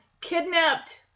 Kidnapped